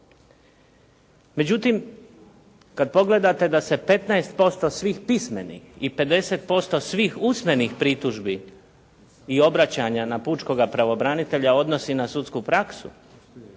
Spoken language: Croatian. Međutim, kad pogledate da se 15% svih pismenih i 50% svih usmenih pritužbi i obraćanja na pučkoga pravobranitelja odnosi na sudsku praksu